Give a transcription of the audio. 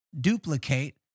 duplicate